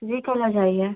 जी कल आ जाइए